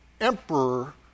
emperor